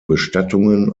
bestattungen